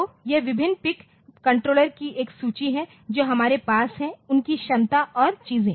तो यह विभिन्न PIC कंट्रोलर की एक सूची है जो हमारे पास है उनकी क्षमता और चीजें